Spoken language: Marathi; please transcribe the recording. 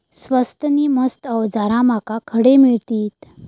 स्वस्त नी मस्त अवजारा माका खडे मिळतीत?